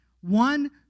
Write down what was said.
one